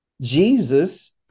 Jesus